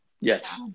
Yes